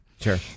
Sure